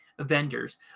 vendors